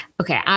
okay